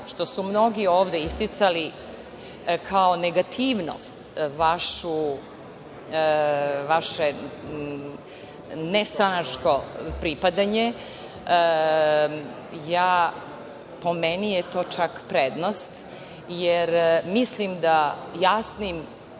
što su mnogi ovde isticali kao negativnost vaše nestranačko pripadanje, po meni je to čak prednost, jer mislim da jasnim